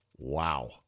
Wow